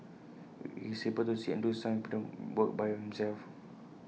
he's able to sit and do some work by himself